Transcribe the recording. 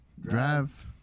drive